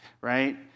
right